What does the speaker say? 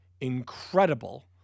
incredible